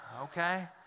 okay